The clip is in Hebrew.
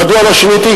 מדוע לא שיניתי?